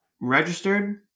registered